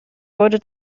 wurde